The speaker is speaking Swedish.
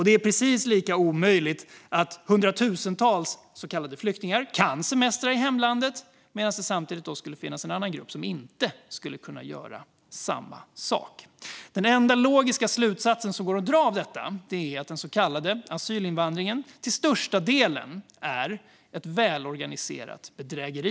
Det är precis lika omöjligt att hundratusentals så kallade flyktingar kan semestra i hemlandet medan en annan grupp inte skulle kunna göra samma sak. Den enda logiska slutsatsen som går att dra av detta är att den så kallade asylinvandringen till största delen är ett välorganiserat bedrägeri.